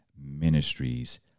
Ministries